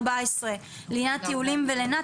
לעניין טיולים ולינה,